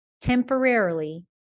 temporarily